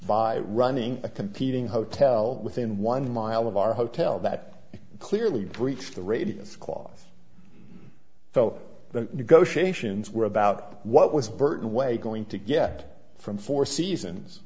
by running a competing hotel within one mile of our hotel that clearly breached the radius cloth so the negotiations were about what was burton way going to get from four seasons